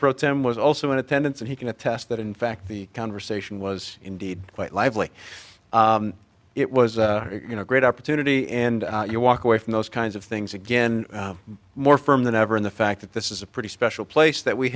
tem was also in attendance and he can attest that in fact the conversation was indeed quite lively it was a great opportunity and you walk away from those kinds of things again more firm than ever in the fact that this is a pretty special place that we